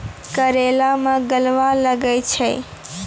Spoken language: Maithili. करेला मैं गलवा लागे छ?